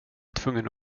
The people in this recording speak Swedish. tvungen